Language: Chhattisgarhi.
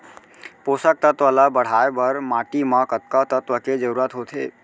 पोसक तत्व ला बढ़ाये बर माटी म कतका तत्व के जरूरत होथे?